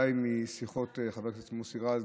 בוודאי משיחות עם חבר הכנסת מוסי רז,